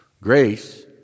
Grace